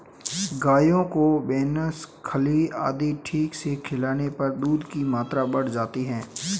गायों को बेसन खल्ली आदि ठीक से खिलाने पर दूध की मात्रा बढ़ जाती है